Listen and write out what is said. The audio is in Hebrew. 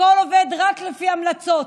הכול עובד רק לפי המלצות.